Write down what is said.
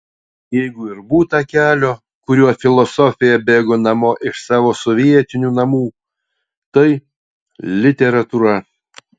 jeigu ir būta kelio kuriuo filosofija bėgo namo iš savo sovietinių namų tai literatūra